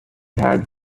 had